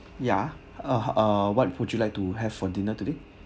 yeah uh what food you like to have for dinner today